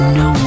no